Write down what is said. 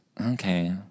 Okay